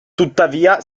tuttavia